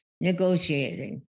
negotiating